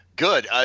Good